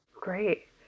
Great